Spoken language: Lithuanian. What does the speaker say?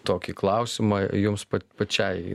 tokį klausimą jums pa pačiai